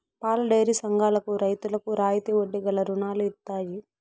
పాలడైరీ సంఘాలకు రైతులకు రాయితీ వడ్డీ గల రుణాలు ఇత్తయి